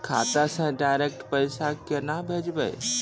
खाता से डायरेक्ट पैसा केना भेजबै?